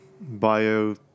bio